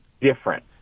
different